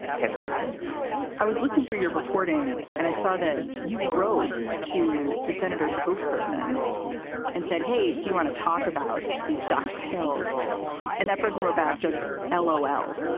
ten days later i was looking through your reporting and i saw that you wrote to the senator's spokesperson and said, hey, do you want to talk about these stocks hills and that prison roback just l o. well,